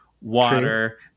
Water